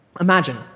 Imagine